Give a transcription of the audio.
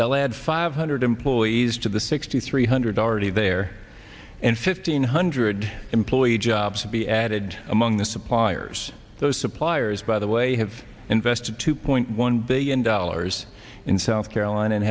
they'll add five hundred employees to the sixty three hundred already there and fifteen hundred employees jobs to be added among the suppliers those suppliers by the way have invested two point one billion dollars in south carolina and